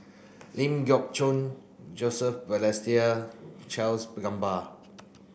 Ling Geok Choon Joseph Balestier Charles Gamba